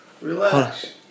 Relax